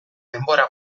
denbora